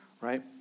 Right